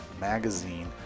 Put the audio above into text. magazine